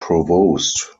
provost